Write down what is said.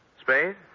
Spade